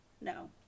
No